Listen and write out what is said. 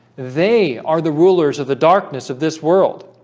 they are the rulers of the darkness of this world,